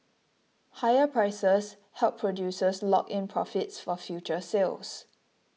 higher prices help producers lock in profits for future sales